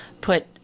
put